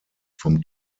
vom